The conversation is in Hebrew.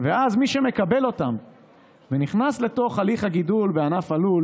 ואז מי שמקבל אותן ונכנס לתוך הליך הגידול בענף הלול